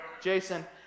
Jason